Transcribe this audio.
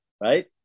right